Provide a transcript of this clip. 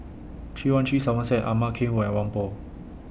three one three Somerset Ama Keng Road and Whampoa